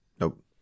Nope